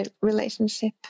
relationship